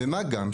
מה גם,